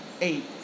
eight